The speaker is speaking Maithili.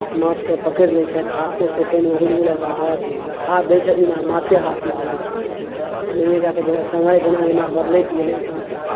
माछकेँ पकड़ि लैत छथि हाथोसँ पानिमे हुलि गेलथि आ बस हाथ दै छथिन आ माछे हाथमे रहै छनि तऽ एनाहिए कऽ के समय जेना जेना बदलैत गेलै हेँ